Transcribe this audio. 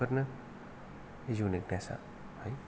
बेफोरनो इउनिकनेस आ